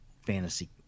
fantasy